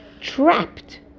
trapped